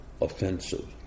offensive